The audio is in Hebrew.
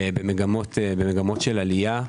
במגמות של עלייה.